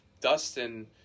Dustin